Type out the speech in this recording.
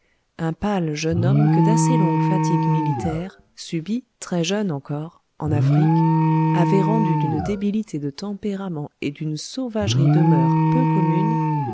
un pâle jeune homme que d'assez longues fatigues militaires subies très jeune encore en afrique avaient rendu d'une débilité de tempérament et d'une sauvagerie de mœurs peu communes